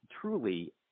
truly